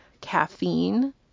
caffeine